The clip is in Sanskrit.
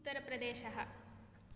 उत्तरप्रदेशः